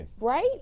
Right